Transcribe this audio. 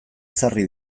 ezarri